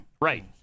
Right